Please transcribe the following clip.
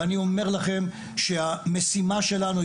ואני אומר לכם שהמשימה שלנו,